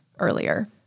earlier